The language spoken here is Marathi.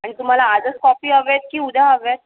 आणि तुम्हाला आजच कॉपी हवे आहेत की उद्या हवे आहेत